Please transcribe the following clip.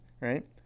right